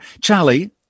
Charlie